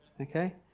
Okay